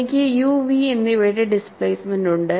എനിക്ക് U V എന്നിവയുടെ displacement ഉണ്ട്